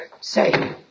Say